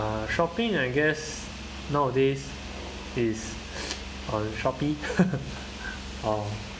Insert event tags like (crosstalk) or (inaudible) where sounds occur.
uh shopping I guess nowadays is on shopee (laughs) or